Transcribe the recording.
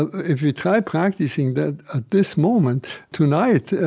if you try practicing that at this moment, tonight,